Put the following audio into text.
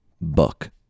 book